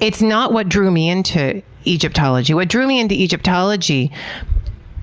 it's not what drew me into egyptology. what drew me into egyptology